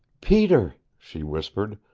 peter, she whispered,